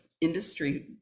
industry